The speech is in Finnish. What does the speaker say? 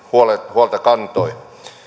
huolta kantoi